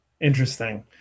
Interesting